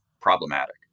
problematic